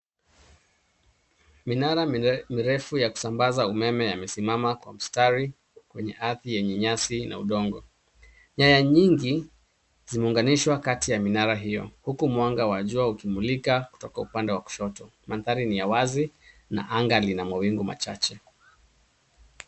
Minara mirefu ya kusambaza umeme yamesimama kwa mstari kwenye ardhi yenye nyasi na udongo. Nyaya nyingi zimeunganishwa kati ya minara hiyo, huku mwanga wa jua ukimulika kutoka upande wa kushoto. Mandhari ni ya wazi na anga lina mawingu machache.